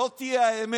זאת היא האמת.